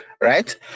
right